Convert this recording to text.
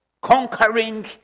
conquering